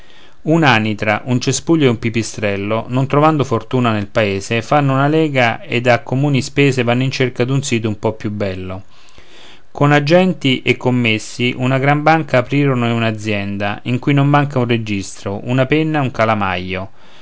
e il pipistrello un'anitra un cespuglio e un pipistrello non trovando fortuna nel paese fanno una lega ed a comuni spese vanno in cerca d'un sito un po più bello con agenti e commessi una gran banca aprirono e un'azienda in cui non manca un registro una penna un calamaio